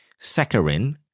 saccharin